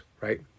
right